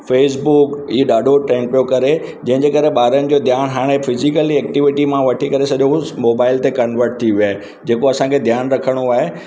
Facebook ईअं ॾाढो तंगु पियो करे जंहिंजे करे ॿारनि जो ध्यानु हाणे फिजिकली एक्टिविटी मां वठी करे सॼो उस मोबाइल ते कन्वर्ट थी विया आहिनि जेको असांखे ध्यानु रखिणो आहे